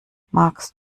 magst